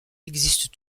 existe